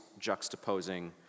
juxtaposing